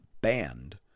banned